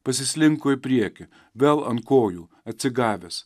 pasislinko į priekį vėl ant kojų atsigavęs